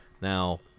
Now